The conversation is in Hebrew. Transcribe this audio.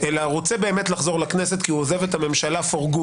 אלא רוצה לחזור לכנסת כי הוא עוזב את הממשלה לתמיד.